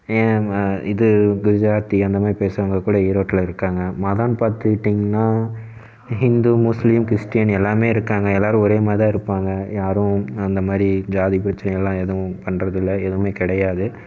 ஏன் இது குஜராத்தி அந்த மாதிரி பேசுகிறவங்க கூட ஈரோடில் இருக்காங்க மதம்னு பாத்துக்கிட்டிங்கனா ஹிந்து முஸ்லீம் கிறிஸ்டின் எல்லாமே இருக்காங்க எல்லோரும் ஒரே மாதிரிதான் இருப்பாங்க யாரும் அந்த மாதிரி ஜாதி பிரச்சனைகள்லாம் எதுவும் பண்றதில்லை எதுவுமே கிடையாது